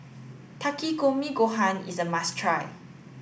Takikomi Gohan is a must try